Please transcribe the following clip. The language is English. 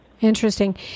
Interesting